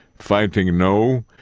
fighting no.